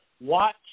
Watch